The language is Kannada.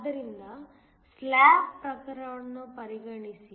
ಆದ್ದರಿಂದ ಸ್ಲ್ಯಾಬ್ನ ಪ್ರಕರಣವನ್ನು ಪರಿಗಣಿಸಿ